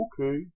Okay